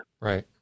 Right